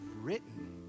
written